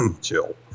Chill